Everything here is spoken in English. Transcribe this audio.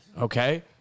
okay